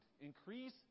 increase